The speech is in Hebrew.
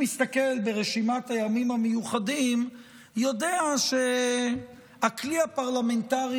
מי שמסתכל ברשימת הימים המיוחדים יודע שהכלי הפרלמנטרי